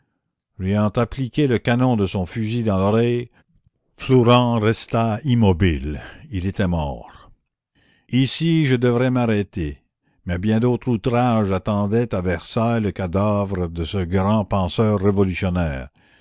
lui ayant appliqué le canon de son fusil dans l'oreille flourens resta immobile il était mort ici je devrais m'arrêter mais bien d'autres outrages attendaient à versailles le cadavre de ce grand penseur révolutionnaire